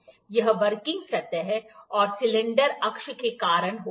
यह वर्किंग सतह और सिलेंडर अक्ष के कारण होता है